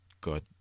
God